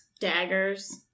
daggers